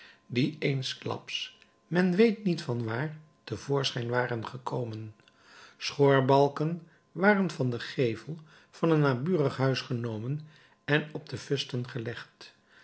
die eensklaps men weet niet van waar te voorschijn waren gekomen schoorbalken waren van den gevel van een naburig huis genomen en op de fusten gelegd